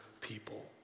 people